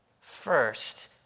first